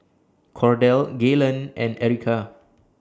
Cordell Gaylen and Erica